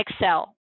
Excel